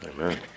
Amen